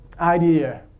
idea